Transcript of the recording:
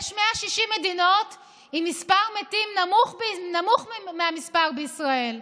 יש 160 מדינות עם מספר מתים נמוך מהמספר בישראל.